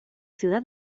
ciudad